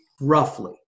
roughly